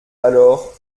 alors